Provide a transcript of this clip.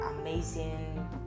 amazing